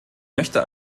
möchte